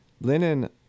linen